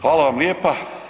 Hvala vam lijepa.